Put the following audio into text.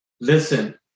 listen